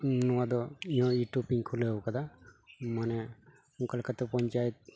ᱱᱚᱣᱟ ᱫᱚ ᱤᱧᱦᱚᱸ ᱤᱭᱩᱴᱩᱵ ᱤᱧ ᱠᱷᱩᱞᱟᱹᱣ ᱟᱠᱟᱫᱟ ᱢᱟᱱᱮ ᱚᱱᱠᱟ ᱞᱮᱠᱟᱛᱮ ᱯᱚᱧᱪᱟᱭᱮᱛ